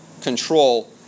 control